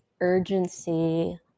urgency